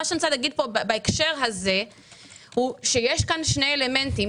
אני רוצה להגיד בהקשר הזה שיש כאן שני אלמנטים.